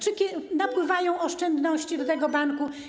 Czy napływają oszczędności do tego banku?